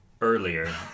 earlier